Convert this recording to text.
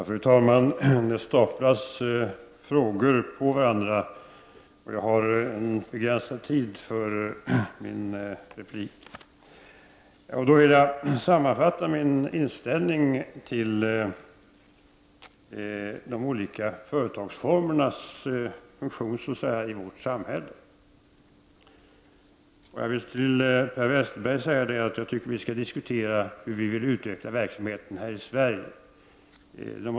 Fru talman! Det staplas frågor på varandra, och jag har begränsad tid för min replik. Jag vill då sammanfatta min inställning till de olika företagsformernas funktion i vårt samhälle. Till Per Westerberg vill jag säga att jag tycker att vi skall diskutera hur vi vill utveckla verksamheten här i Sverige.